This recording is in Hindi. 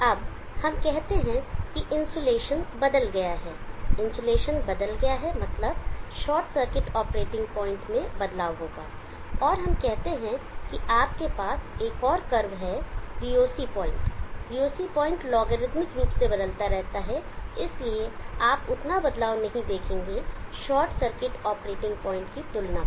अब हम कहते हैं कि इनसोलेशन बदल गया है इनसोलेशन बदल गया है मतलब शॉर्ट सर्किट ऑपरेटिंग पॉइंट में बदलाव होगा और हम कहते हैं कि आपके पास एक और कर्व है VOC पॉइंट लॉगरिदमिक रूप से बदलता रहता है इसलिए आप उतना बदलाव नहीं देखेंगे short circuit operating point short circuit operating Point की तुलना में